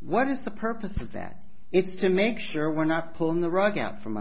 what is the purpose of that it's to make sure we're not pulling the rug out from